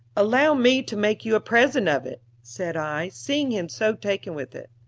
allow me to make you a present of it, said i, seeing him so taken with it.